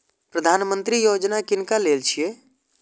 प्रधानमंत्री यौजना किनका लेल छिए?